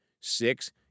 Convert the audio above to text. Six